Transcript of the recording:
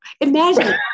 Imagine